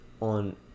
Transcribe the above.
on